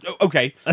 Okay